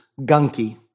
gunky